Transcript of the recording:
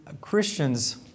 Christians